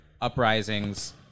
uprisings